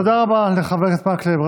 תודה רבה לחבר הכנסת מקלב.